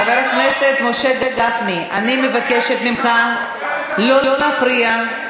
חבר הכנסת משה גפני, אני מבקשת ממך לא להפריע.